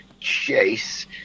chase